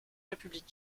république